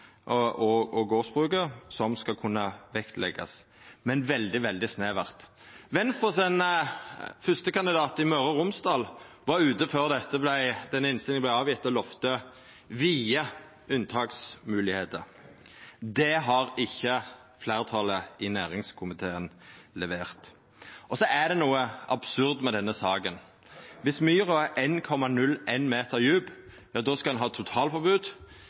og gardsbruket som skal kunna vektleggjast, men veldig, veldig snevert. Venstres fyrstekandidat i Møre og Romsdal var ute før denne innstillinga vart gjeven og lovde vide unntaksmoglegheiter. Det har ikkje fleirtalet i næringskomiteen levert. Og så er det noko absurd med denne saka. Viss myra er 1,01 meter djup, skal ein ha totalforbod. Viss ho er 0,99 meter djup, stiller sjølvsagt saka seg heilt annleis, og ein